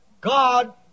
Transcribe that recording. God